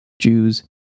Jews